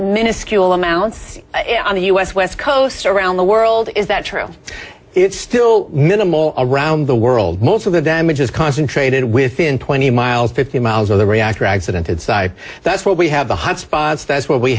minuscule amounts on the u s west coast around the world is that true it's still minimal around the world most of the damage is concentrated within twenty miles fifty miles of the reactor accident and that's what we have the hot spots that's where we